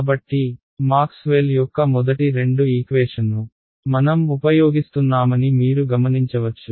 కాబట్టి మాక్స్వెల్ యొక్క మొదటి రెండు ఈక్వేషన్ను మనం ఉపయోగిస్తున్నామని మీరు గమనించవచ్చు